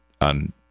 on